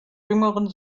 jüngeren